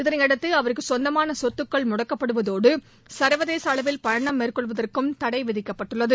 இதனையடுத்து அவருக்குச் சொந்தமான சொத்துக்கள் முடக்கப்படுவதோடு சா்வதேச அளவில் பயணம் மேற்கொள்வதற்கும் தடை விதிக்கப்பட்டுள்ளது